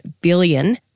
billion